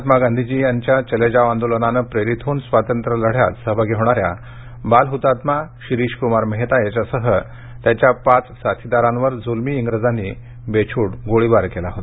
महात्मा गांधीजी यांच्या चलेजाव आंदोलनाने प्रेरीत होऊन स्वातंत्र्य लढ्यात सहभाग घेणाऱ्या बाल हुतात्मा शिरीषकुमार मेहता यांच्यासह त्यांच्या पाच साथीदारावर जुलमी इग्रजानी बेछुट गोळीबार केला होता